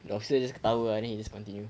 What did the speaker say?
the officer just bawa lah then he just continue